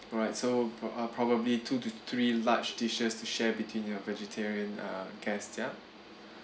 alright so prob~ uh probably two to three large dishes to share between your vegetarian uh guests yeah